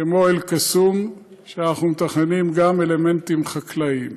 כמו אל-קסום, שאנחנו מתכננים גם אלמנטים חקלאיים.